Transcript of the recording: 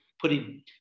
Putting